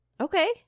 Okay